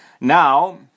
Now